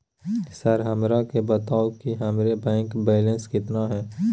Sir हमरा के बताओ कि हमारे बैंक बैलेंस कितना है?